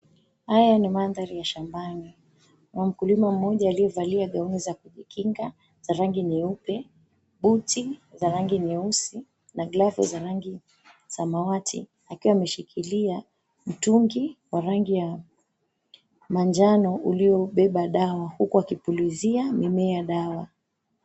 Haya ni maanthari ya shambani mkulima mmoja aliyevalia gauni za kujikinga za rangi nyeupe, buti za rangi nyeusi na glavu za rangi ya samawati akiwa ameshikilia mtungi wa rangi ya manjano uliobeba dawa huku akipulizia mimea dawa.